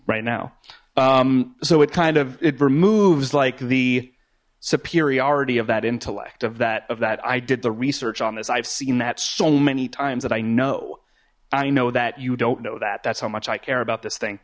right now so it kind of it removes like the superiority of that intellect of that of that i did the research on this i've seen that so many times that i know i know that you don't know that that's how much i care about this thing